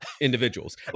individuals